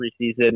preseason